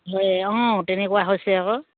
হয় অঁ তেনেকুৱা হৈছে আকৌ